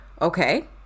okay